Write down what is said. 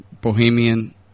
bohemian